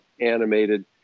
animated